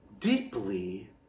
deeply